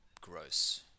Gross